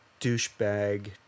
douchebag